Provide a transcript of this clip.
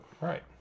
Right